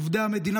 עובדי המדינה,